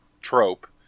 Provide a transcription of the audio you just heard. trope